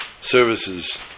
services